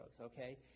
okay